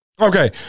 Okay